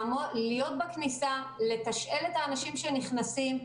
להיות בכניסה, לתשאל את האנשים שנכנסים.